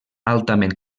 altament